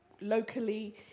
locally